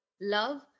Love